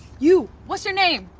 you, what's your name,